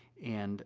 and